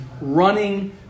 running